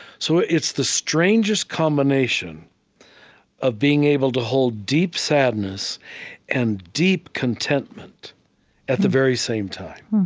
so it's the strangest combination of being able to hold deep sadness and deep contentment at the very same time.